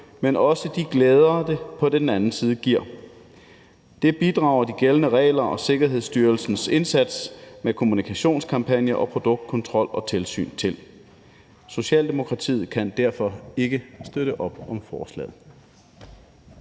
men også de glæder, det på den anden side giver. Det bidrager de gældende regler og Sikkerhedsstyrelsens indsats med kommunikationskampagner og produktkontrol og tilsyn til. Socialdemokratiet kan derfor ikke støtte op om forslaget.